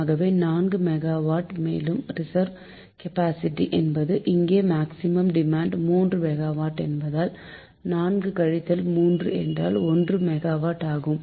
ஆகவே 4 மெகாவாட் மேலும் reserve capacity என்பது இங்கே மேக்சிமம் டிமாண்ட் 3 மெகாவாட் என்பதால் 4 கழித்தல் 3 என்றால் 1 மெகாவாட் ஆகும்